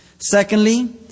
Secondly